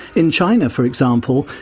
in china, for example,